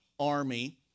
army